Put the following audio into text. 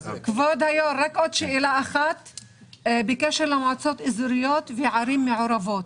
שאלה בקשר למועצות האזוריות והערים המעורבות: